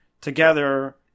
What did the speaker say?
together